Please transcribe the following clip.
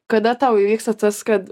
kada tau įvyksta tas kad